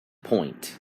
point